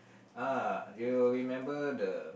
ah they will remember the